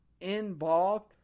involved